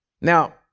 Now